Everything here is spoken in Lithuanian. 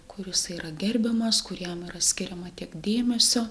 kur jisai yra gerbiamas kur jam yra skiriama tiek dėmesio